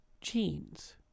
genes